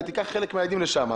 ותיקח חלק מהילדים לשם.